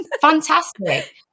fantastic